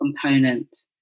component